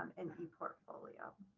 um an e portfolio.